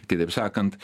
kitaip sakant